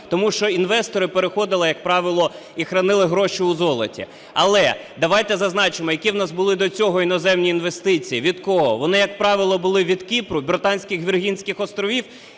тому що інвестори переходили, як правило, і хранили гроші у золоті. Але давайте зазначимо, які у нас були до цього іноземні інвестиції, від кого. Вони, як правило, були від Кіпру і Британських Віргінських Островів,